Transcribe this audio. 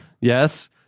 Yes